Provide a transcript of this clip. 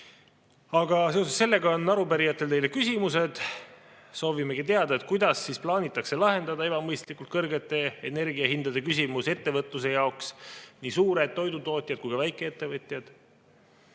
sellega on arupärijatel teile küsimused. Soovimegi teada, kuidas plaanitakse lahendada ebamõistlikult kõrgete energiahindade küsimus ettevõtluse jaoks, nii suurte toidutootjate kui ka väikeettevõtjate